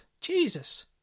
Jesus